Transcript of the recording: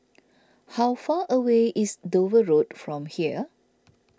how far away is Dover Road from here